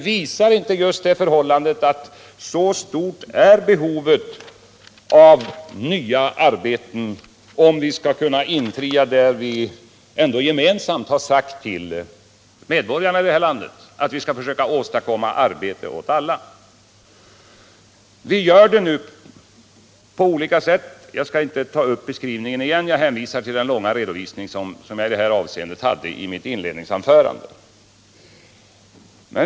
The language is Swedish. Visar inte just det här förhållandet hur stort behovet är av nya arbeten, om vi skall kunna infria det vi ändå gemensamt har sagt till medborgarna, nämligen att vi skall försöka åstadkomma arbete åt alla? Vi strävar nu mot det här målet på olika sätt. Jag skall inte dra upp beskrivningen igen, utan hänvisar till den långa redovisning i det här avseendet som jag gjorde i mitt inledningsanförande.